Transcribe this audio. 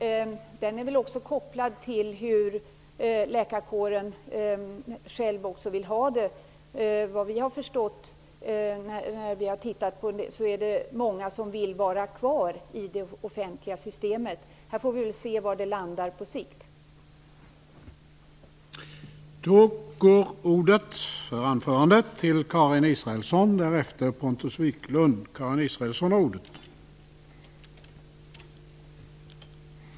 Herr talman! Jag skall bemöta den sista kommentaren. Det här är väl också kopplat till hur läkarkåren vill ha det. Såvitt vi förstår, efter att ha tittat på detta, vill många läkare vara kvar i det offentliga systemet. Men vi får väl se var vi på sikt landar.